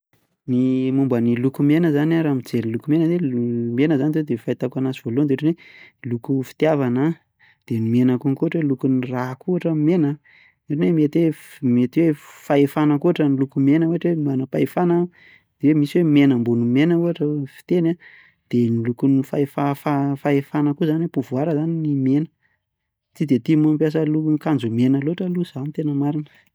Ny momba ny loko mena zany a raha mijery loko mena de m- mena zany zao de ny fahitako anazy voalohany de ohatra ny hoe loko fitiavana, de ny mena konko ohatra hoe lokon'ny rà koa ohatra ny mena, ohatra ny hoe mety hoe f- mety hoe f- fahefana koa ohatra ny loko mena ohatra hoe manam-pahefana, de misy hoe mena ambony mena ohatra fiteny a de ny lokon'ny fahefa- fa- fahefana koa zany pouvoir zany ny mena. Tsy de tia mampiasa lo- akanjo mena loatra aloha za ny tena marina.